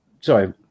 Sorry